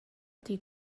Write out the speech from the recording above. die